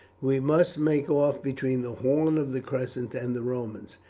we must make off between the horn of the crescent and the romans.